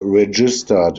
registered